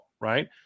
right